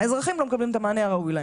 האזרחים לא מקבלים את המענה הראוי להם.